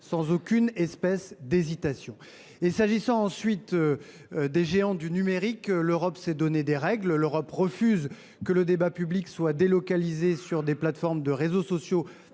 sans aucune espèce d’hésitation. Pour ce qui concerne les géants du numérique, l’Europe s’est donné des règles. Elle refuse que le débat public soit délocalisé sur des plateformes de réseaux sociaux